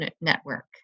Network